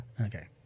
Okay